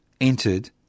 entered